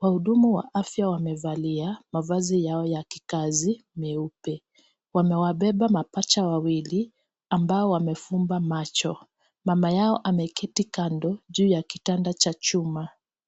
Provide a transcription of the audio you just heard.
Wahudumu wa afya wamevalia mavazi yao ya kikazi meupe. Wanawabeba mapacha wawili ambao wamefumba macho. Mama yao ameketi kando, juu ya kitanda cha chuma.